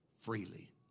freely